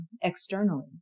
externally